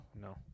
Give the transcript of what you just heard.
No